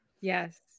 yes